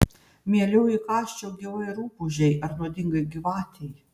mieliau įkąsčiau gyvai rupūžei ar nuodingai gyvatei